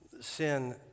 Sin